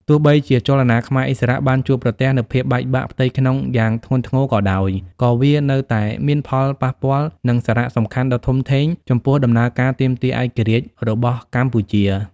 ទោះបីជាចលនាខ្មែរឥស្សរៈបានជួបប្រទះនូវភាពបែកបាក់ផ្ទៃក្នុងយ៉ាងធ្ងន់ធ្ងរក៏ដោយ ក៏វានៅតែមានផលប៉ះពាល់ និងសារៈសំខាន់ដ៏ធំធេងចំពោះដំណើរការទាមទារឯករាជ្យរបស់កម្ពុជា។